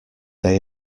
they